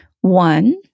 One